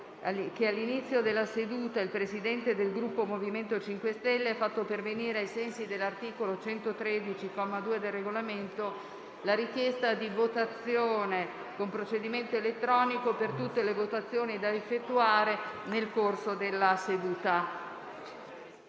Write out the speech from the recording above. che all'inizio della seduta il Presidente del Gruppo MoVimento 5 Stelle ha fatto pervenire, ai sensi dell'articolo 113, comma 2, del Regolamento, la richiesta di votazione con procedimento elettronico per tutte le votazioni da effettuare nel corso della seduta.